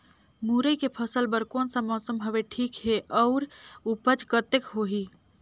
मुरई के फसल बर कोन सा मौसम हवे ठीक हे अउर ऊपज कतेक होही?